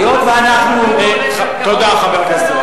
היות שאנחנו, תודה, חבר הכנסת זאב.